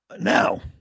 now